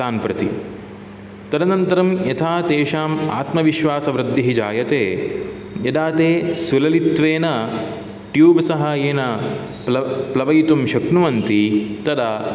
तान् प्रति तदनन्तरं यथा तेषाम् आत्मविश्वासवृद्धिः जायते यदा ते सुललित्वेन ट्यूब् साहाय्येन प्ल प्लवयितुं शक्नुवन्ति तदा